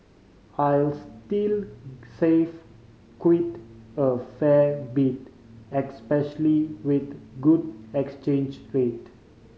I'll still save quite a fair bit especially with the good exchange rate